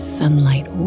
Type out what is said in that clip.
sunlight